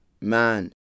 man